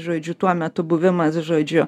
žodžiu tuo metu buvimas žodžiu